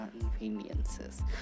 inconveniences